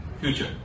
future